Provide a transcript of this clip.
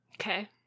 Okay